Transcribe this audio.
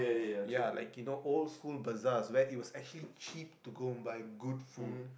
ya I like it you know old school bazaars where it was actually cheap to go and buy good food